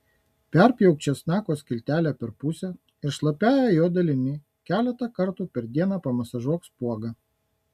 perpjauk česnako skiltelę per pusę ir šlapiąja jo dalimi keletą kartų per dieną pamasažuok spuogą